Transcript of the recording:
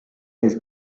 has